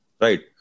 right